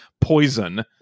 poison